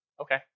Okay